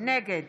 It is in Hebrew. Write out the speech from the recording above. נגד